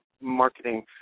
marketing